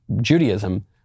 Judaism